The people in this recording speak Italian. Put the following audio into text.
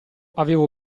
avevo